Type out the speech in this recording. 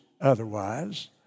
otherwise